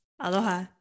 Aloha